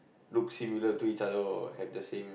look similar to each other or have the same